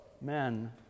men